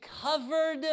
covered